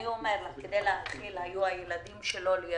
כדי להאכיל את הילדים שלי אני